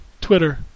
Twitter